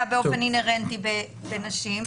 חושב שבתי הדין ברוב גדול של המקרים מיטיבים לטפל,